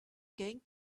going